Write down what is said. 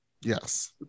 Yes